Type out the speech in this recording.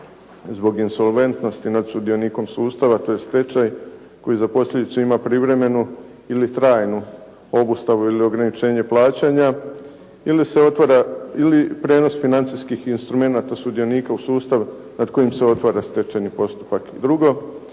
zbog insolventnosti nad sudionikom sustava, tj. stečaj koji za posljedicu ima privremenu ili trajnu obustavu ili ograničenje plaćanja ili se prijenos financijskih instrumenata sudionika u sustav nad kojim se otvara stečajni postupak. Druga